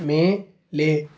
மேலே